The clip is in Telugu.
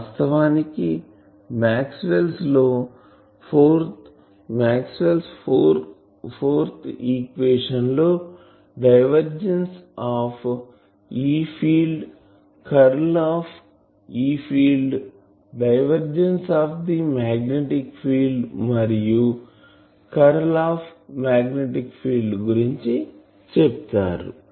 వాస్తవానికి కి మాక్స్వెల్స్ 4 ఈక్వేషన్ లో divergence of E field curl of E field divergence of the magnetic field మరియు కర్ల్ ఆఫ్ మాగ్నెటిక్ ఫీల్డ్ గురించిచెప్తారు